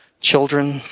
Children